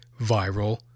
viral